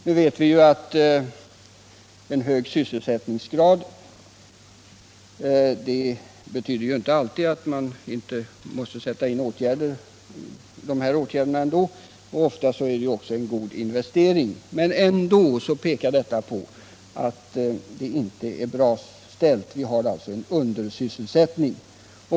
Nu vet vi ju att en hög sysselsättningsgrad inte alltid betyder att man 55 inte skulle behöva sätta in åtgärder i alla fall — ofta är de också en god investering — men ändå pekar siffrorna på att det inte är bra ställt. Vi har alltså en undersysselsättning.